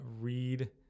read